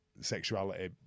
sexuality